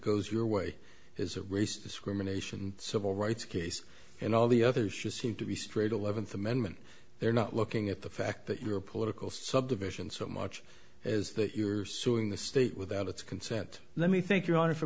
goes your way is a race discrimination civil rights case and all the other issues seem to be straight eleventh amendment they're not looking at the fact that your political subdivision so much as that you are suing the state without its consent let me think your honor for